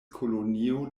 kolonio